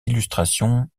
illustrations